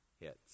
hits